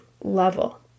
level